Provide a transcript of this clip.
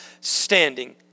standing